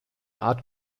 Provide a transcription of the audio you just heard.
art